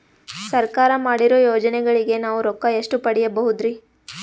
ಸರ್ಕಾರ ಮಾಡಿರೋ ಯೋಜನೆಗಳಿಗೆ ನಾವು ರೊಕ್ಕ ಎಷ್ಟು ಪಡೀಬಹುದುರಿ?